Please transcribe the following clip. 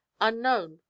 unknown